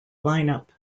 lineup